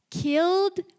killed